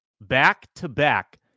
back-to-back